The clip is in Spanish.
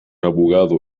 abogado